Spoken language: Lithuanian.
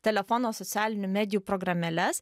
telefono socialinių medijų programėles